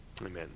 Amen